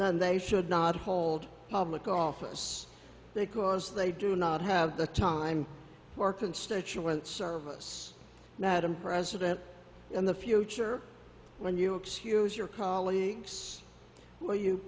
away then they should not hold public office because they do not have the time or constituent service that i'm president in the future when you excuse your colleagues will you